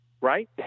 right